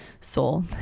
soul